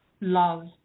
love